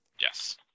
Yes